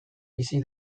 bizi